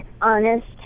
honest